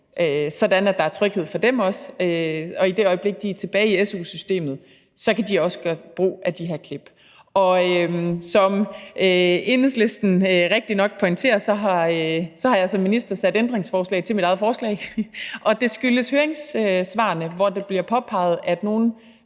sådan at der er tryghed for dem også. Og i det øjeblik, de er tilbage i su-systemet, kan de også gøre brug af de her klip. Kl. 17:05 Som Enhedslisten rigtigt nok pointerer, har jeg som minister stillet ændringsforslag til mit eget forslag, og det skyldes høringssvarene, hvor det bliver påpeget, at nogle